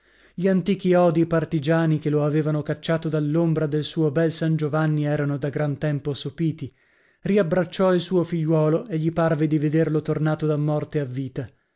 gli antichi odii partigiani che lo avevano cacciato dall'ombra del suo bel san giovanni erano da gran tempo sopiti riabbracciò il suo figliuolo e gli parve di vederlo tornato da morte a vita